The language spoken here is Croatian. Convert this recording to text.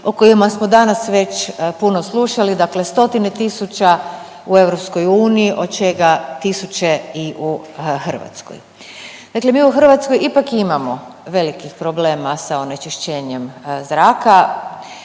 o kojima smo danas već puno slušali, dakle stotine tisuća u EU, od čega tisuće u Hrvatskoj. Dakle mi u Hrvatskoj ipak imamo velikih problema sa onečišćenjem zraka,